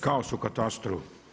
Kaos u katastru.